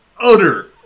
utter